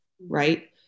right